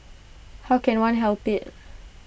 how can one help IT